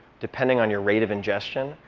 depending on your rate of ingestion,